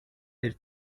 del